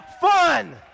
fun